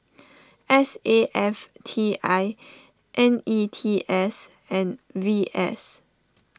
S A F T I N E T S and V S